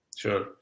sure